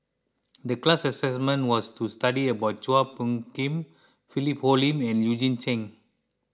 the class assignment was to study about Chua Phung Kim Philip Hoalim and Eugene Chen